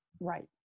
Right